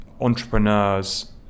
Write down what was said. entrepreneurs